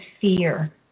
fear